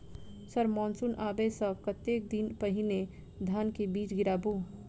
Sir monsoon आबै सऽ कतेक दिन पहिने धान केँ बीज गिराबू?